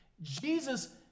Jesus